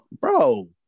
Bro